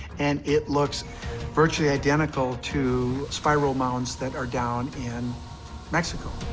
and it looks virtually identical to spiral mounds that are down in mexico.